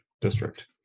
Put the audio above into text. District